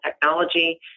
technology